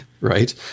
right